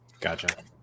Gotcha